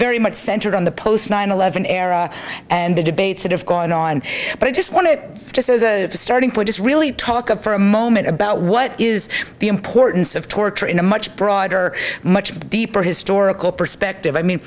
very much centered on the post nine eleven era and the debates that have gone on but i just want to just as a starting point just really talk of for a moment about what is the importance of torture in a much broader much deeper historical